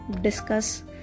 discuss